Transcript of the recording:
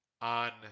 on